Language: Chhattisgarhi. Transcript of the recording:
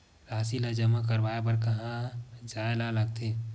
राशि ला जमा करवाय बर कहां जाए ला लगथे